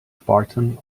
spartan